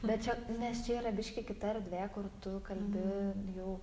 bet čia nes čia yra biškį kita erdvė kur tu kalbi jau